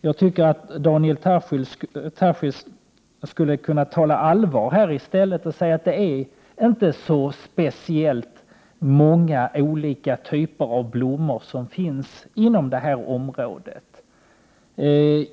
Jag tycker att Daniel Tarschys skulle kunna tala allvar här i stället och säga att det inte finns speciellt många olika typer av blommor inom det här området.